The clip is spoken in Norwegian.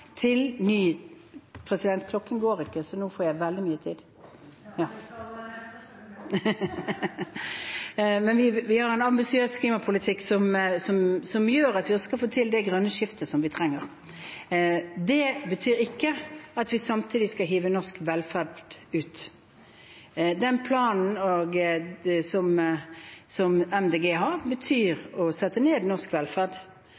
til ny – president, klokken går ikke, så nå får jeg veldig mye tid. Jeg skal følge med. Vi har en ambisiøs klimapolitikk som gjør at vi også skal få til det grønne skiftet som vi trenger. Det betyr ikke at vi samtidig skal hive norsk velferd ut. Den planen som Miljøpartiet De Grønne har, betyr å sette ned norsk velferd.